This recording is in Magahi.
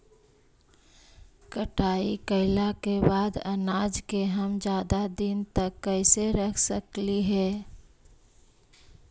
कटाई कैला के बाद अनाज के हम ज्यादा दिन तक कैसे रख सकली हे?